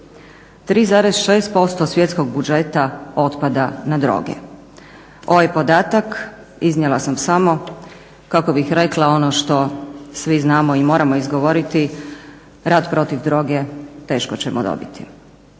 3,6% svjetskog budžeta otpada na droge. Ovaj podatak iznijela sam samo kako bih rekla ono što svi znamo i moramo izgovoriti rat protiv droge teško ćemo dobiti.